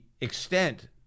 extent